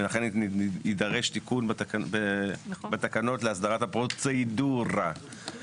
ולכן יידרש תיקון בתקנות להסדרת הפרוצדורה.